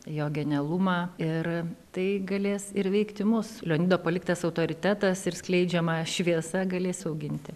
jo genialumą ir tai galės ir veikti mus leonido paliktas autoritetas ir skleidžiama šviesa galės auginti